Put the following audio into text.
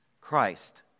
Christ